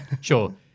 sure